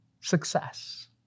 success